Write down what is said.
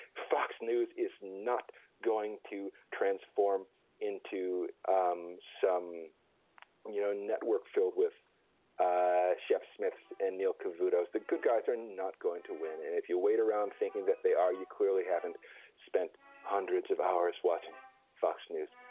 fox news is not going to transform into um some you know network filled with ah chefs smith and neil cavuto as the good guys are not going to win and if you wait around thinking that they are you clearly haven't spent hundreds of hours watching fox news.